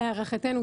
להערכתנו,